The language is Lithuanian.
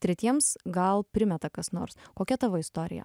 tretiems gal primeta kas nors kokia tavo istorija